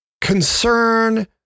concern